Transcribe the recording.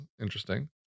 Interesting